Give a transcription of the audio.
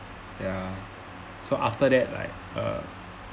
ya so after that like uh